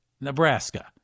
Nebraska